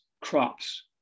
crops